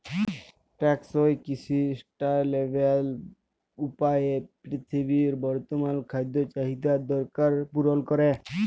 টেকসই কিসি সাসট্যালেবেল উপায়ে পিরথিবীর বর্তমাল খাদ্য চাহিদার দরকার পুরল ক্যরে